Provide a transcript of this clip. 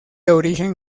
origen